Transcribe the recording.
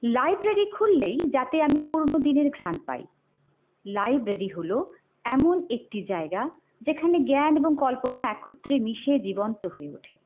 library খুললেই যাতে আমি পুরনো দিনের ঘ্রাণ পাই লাইব্রেরি হলো এমন একটি জায়গা যেখানে জ্ঞান এবং কল্পনা একত্রে মিশে জীবন্ত হয়ে ওঠে